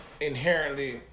inherently